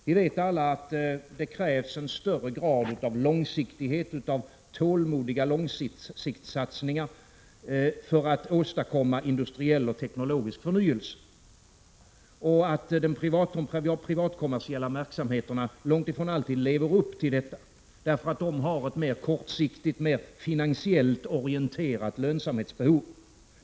Vi vet alla att det krävs en större grad av tålmodiga satsningar på lång sikt för att åstadkomma industriell och teknologisk förnyelse. Vi vet också att de privatkommersiella verksamheterna långt ifrån alltid lever upp till detta. De har nämligen ett mer kortsiktigt, finansiellt orienterat lönsamhetsbehov.